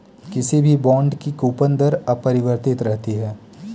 किसी भी बॉन्ड की कूपन दर अपरिवर्तित रहती है